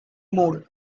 more